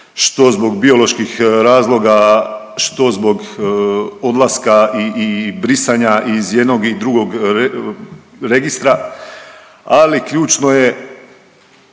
što zbog bioloških razloga, što zbog odlaska i, i brisanja iz jednog i drugog registra, ali ključno je